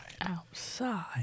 Outside